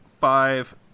five